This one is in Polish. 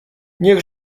niech